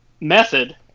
method